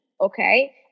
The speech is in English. Okay